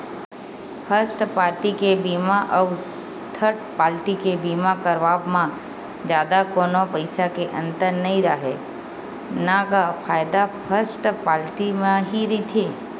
first party के बीमा अउ थर्ड पाल्टी के बीमा करवाब म जादा कोनो पइसा के अंतर नइ राहय न गा फायदा फस्ट पाल्टी म ही रहिथे